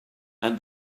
and